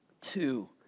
Two